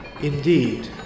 Indeed